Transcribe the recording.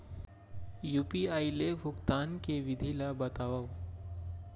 UPI ले भुगतान के विधि ला बतावव